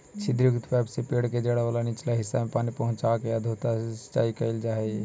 छिद्रयुक्त पाइप से पेड़ के जड़ वाला निचला हिस्सा में पानी पहुँचाके अधोसतही सिंचाई कैल जा हइ